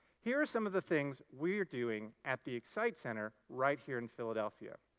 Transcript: here are some of the things we are doing at the excite center right here in philadelphia.